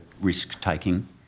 risk-taking